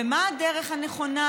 ומה הדרך הנכונה,